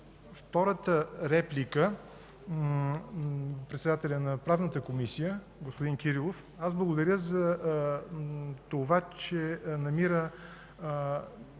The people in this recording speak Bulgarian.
втората реплика на председателя на Правната комисия господин Кирилов, аз благодаря, че намира